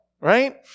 Right